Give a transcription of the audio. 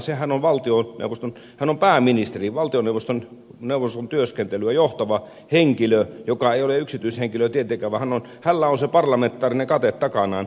hän on pääministeri valtioneuvoston työskentelyä johtava henkilö joka ei ole yksityishenkilö tietenkään vaan hänellä on se parlamentaarinen kate takanaan